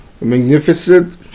Magnificent